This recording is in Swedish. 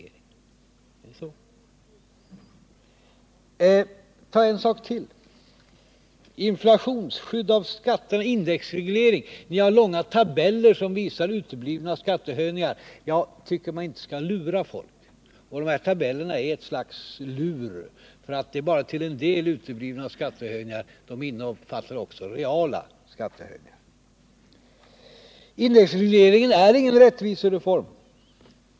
Ta en sak till, nämligen inflationsskydd av skatter, indexreglering. Ni har långa tabeller som visar uteblivna skattehöjningar. Jag tycker inte att man skall lura folk, och de här tabellerna är ett slags lurendrejeri. De innehåller bara till en del exempel på uteblivna skattehöjningar. De innehåller också reella skattehöjningar. Indexreglering är ingen rättvisereform.